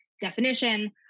definition